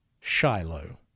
Shiloh